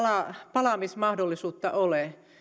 palaamismahdollisuutta ole